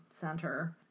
center